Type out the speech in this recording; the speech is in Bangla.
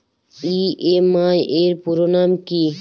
ই.এম.আই এর পুরোনাম কী?